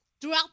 throughout